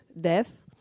death